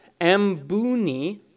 Ambuni